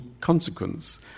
consequence